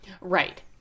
right